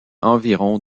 environ